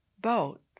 boat